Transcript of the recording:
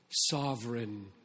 sovereign